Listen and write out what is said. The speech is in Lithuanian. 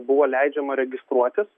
buvo leidžiama registruotis